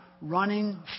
running